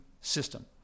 system